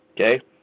Okay